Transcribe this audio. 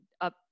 up